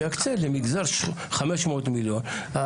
שיקצה למגזר חמש מאות מיליון.